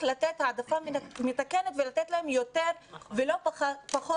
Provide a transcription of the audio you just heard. לתת העדפה מתקנת ולתת להם יותר ולא פחות,